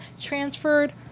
transferred